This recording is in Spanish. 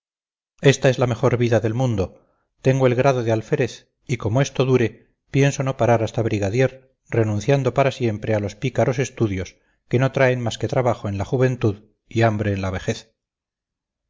esta es la mejor vida del mundo tengo el grado de alférez y como esto dure pienso no parar hasta brigadier renunciando para siempre a los pícaros estudios que no traen más que trabajo en la juventud y hambre en la vejez